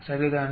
சரிதானே